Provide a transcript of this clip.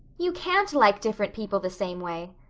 you can't like different people the same way.